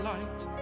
Light